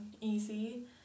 easy